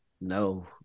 No